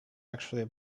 actually